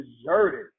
deserted